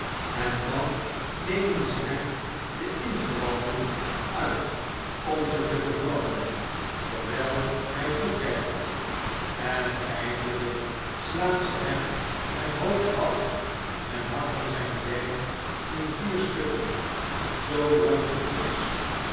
en dan nemen ze hem de ingewanden uit om ze te verbranden terwijl hij toekijkt en eindelijk slaan ze hem het hoofd af en hakken zijn ljjf in vier stukken zoo luidt het vonnis